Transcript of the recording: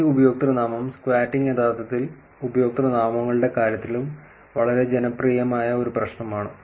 ഈ ഉപയോക്തൃനാമം സ്ക്വാറ്റിംഗ് യഥാർത്ഥത്തിൽ ഉപയോക്തൃനാമങ്ങളുടെ കാര്യത്തിലും വളരെ ജനപ്രിയമായ ഒരു പ്രശ്നമാണ്